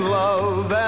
love